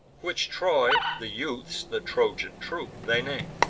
which troy, the youths the trojan troop, they name.